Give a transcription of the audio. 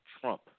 Trump